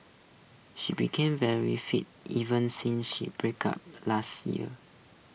she became very fit even since she break up last year